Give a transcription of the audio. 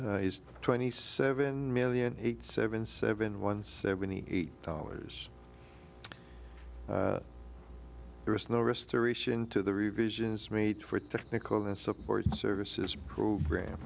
is twenty seven million eight seven seven one seventy eight dollars there is no restoration to the revisions made for technical support services program